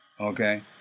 Okay